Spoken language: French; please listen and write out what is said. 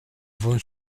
vont